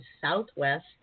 Southwest